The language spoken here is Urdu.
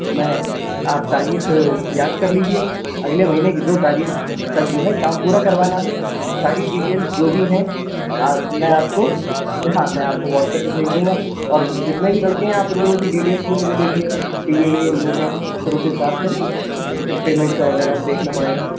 میں آپ تاریخ یاد کر لیجیے اگلے مہینے کی دو تاریخ تک جو ہے کام پورا کروانا ہے ساری ڈیٹیلس جو بھی ہیں آ میں آپ کو ہاں میں آپ کو واٹس اپ پہ بھیج دوں گا اور جتنے بھی لڑکے ہیں آپ اُن لوگوں کی ڈیٹیلس بھی مجھے دے دیجیے گا کہ یہ یہ لوگ ہیں پھر اُس حساب سے نا پیمنٹ کا وغیرہ دیکھنا پڑے گا